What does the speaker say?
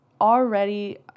already